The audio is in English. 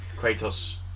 Kratos